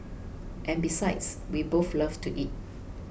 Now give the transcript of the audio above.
and besides we both love to eat